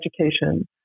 education